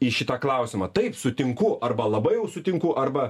į šitą klausimą taip sutinku arba labai jau sutinku arba